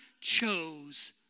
chose